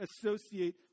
associate